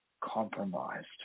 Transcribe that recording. compromised